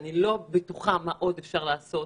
אני לא בטוחה מה עוד אפשר לעשות.